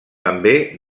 també